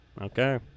Okay